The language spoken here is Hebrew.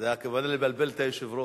הכוונה זה לבלבל את היושב-ראש.